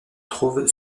trouve